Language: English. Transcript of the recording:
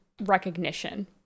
recognition